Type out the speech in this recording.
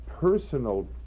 personal